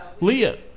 Leah